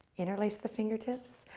interlace the fingertips,